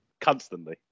Constantly